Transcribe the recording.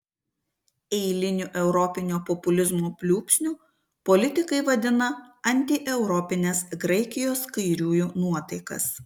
eiliniu europinio populizmo pliūpsniu politikai vadina antieuropines graikijos kairiųjų nuotaikas